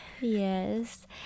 Yes